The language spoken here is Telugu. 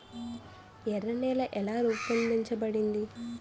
ఎర్ర నేల ఎలా రూపొందించబడింది?